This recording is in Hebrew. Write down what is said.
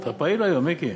אתה פעיל היום, מיקי.